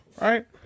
Right